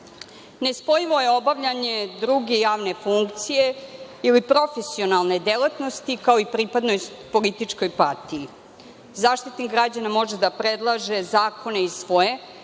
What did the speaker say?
Nespojivo obavljanje druge javne funkcije ili profesionalne delatnosti, kao i pripadnost političkoj partiji.Zaštitnik građana može da predlaže zakone iz svoje